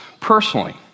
personally